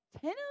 ten